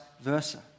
versa